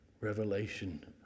Revelation